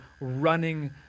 running